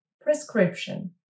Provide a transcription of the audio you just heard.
prescription